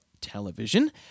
television